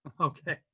okay